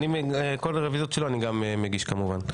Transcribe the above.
על כל הרוויזיות שלו אני גם מגיש, כמובן.